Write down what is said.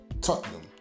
Tottenham